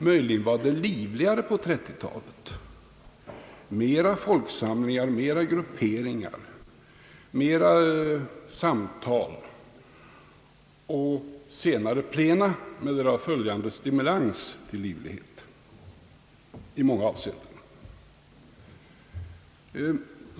Möjligen var det livligare på 1930-talet, mera samlingar av ledamöter, mera grupperingar, mera samtal samt senare plena med därav följande stimulans till större livlighet i många avseenden.